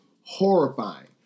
horrifying